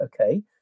Okay